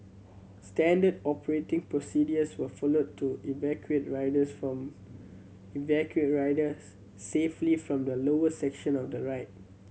standard operating procedures were followed to evacuate riders from evacuate riders safely from the lower section of the ride